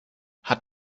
hat